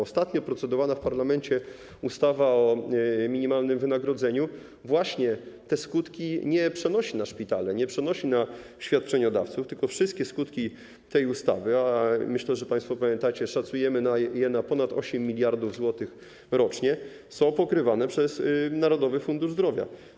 Ostatnia procedowana w parlamencie ustawa o minimalnym wynagrodzeniu tych skutków nie przenosi na szpitale, nie przenosi na świadczeniodawców, tylko wszystkie skutki tej ustawy, a myślę, że państwo pamiętacie, szacujemy je na ponad 8 mld zł rocznie, są pokrywane przez Narodowy Fundusz Zdrowia.